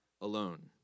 alone